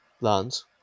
Lands